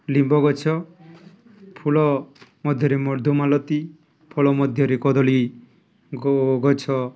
ଲିମ୍ବ ଗଛ ଫୁଳ ମଧ୍ୟରେ ମଧୁମାଳତୀ ଫଳ ମଧ୍ୟରେ କଦଳୀ ଗଛ